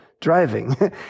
driving